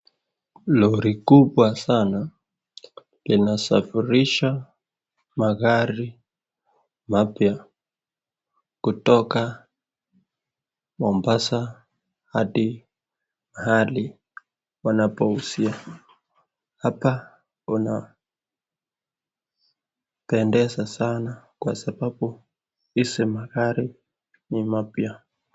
Lori kubwa sana linasafirisha magari mapya kutoka Mombasa hadi mahali wanapouzia. Hapa unapendeza sana kwa sababu hizi magari ni mapya.